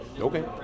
okay